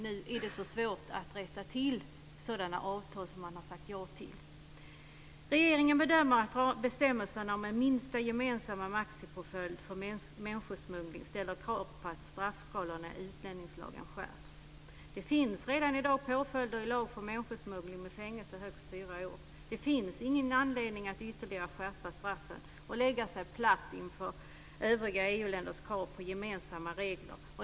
Nu är det svårt att rätta till sådana avtal som man har sagt ja till. Regeringen bedömer att bestämmelserna om en minsta gemensam maximipåföljd för människosmuggling ställer krav på att straffskalorna i utlänningslagen skärps. Det finns redan i dag påföljder i lag för människosmuggling med fängelse i högst fyra år. Det finns ingen anledning att ytterligare skärpa straffen och lägga sig platt inför övriga EU-länders krav på gemensamma regler.